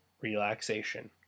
relaxation